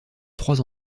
trois